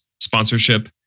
sponsorship